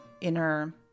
inner